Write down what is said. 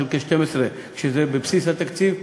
חלקי 12 כשזה בבסיס התקציב,